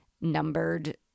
numbered